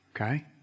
okay